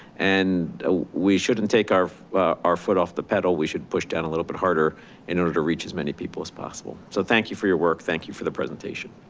and ah we shouldn't take our our foot off the pedal, we should push down a little bit harder in order to reach as many people as possible. so thank you for your work. thank you for the presentation